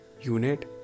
unit